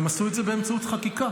והם עשו את זה באמצעות חקיקה.